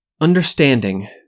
Understanding